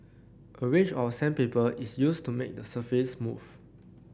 a range of sandpaper is used to make the surface smooth